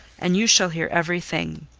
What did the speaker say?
and you shall hear every thing.